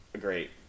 great